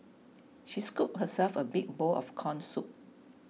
she scooped herself a big bowl of Corn Soup